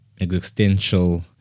existential